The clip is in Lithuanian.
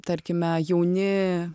tarkime jauni